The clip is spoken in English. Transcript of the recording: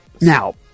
Now